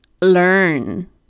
learn